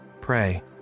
pray